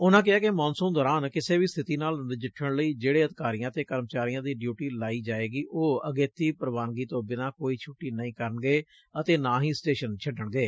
ਉਨਾਂ ਕਿਹੈ ਕਿ ਮੌਨਸੁਨ ਦੌਰਾਨ ਕਿਸੇ ਵੀ ਸਬਿਤੀ ਨਾਲ ਨਜਿੱਠਣ ਲਈ ਜਿਹੜੇ ਅਧਿਕਾਰੀਆਂ ਅਤੇ ਕਰਮਚਾਰੀਆਂ ਦੀ ਡਿਊਟੀ ਲਾਈ ਜਾਵੇਗੀ ਉਹ ਅਗੇਤੀ ਪ੍ਰਵਾਨਗੀ ਤੋਂ ਬਿਨ੍ਹਾਂ ਕੋਈ ਛੁੱਟੀ ਨਹੀ ਕਰਨਗੇ ਅਤੇ ਨਾ ਹੀ ਸਟੇਸ਼ਨ ਛੱਡਣਗੇ